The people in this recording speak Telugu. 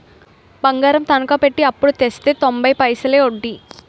బంగారం తనకా పెట్టి అప్పుడు తెస్తే తొంబై పైసలే ఒడ్డీ